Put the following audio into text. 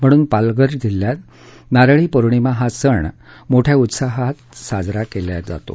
म्हणून पालघर जिल्ह्यात नारळी पौर्णिमा हा सण मोठ्या उत्सवात साजरा केला जातो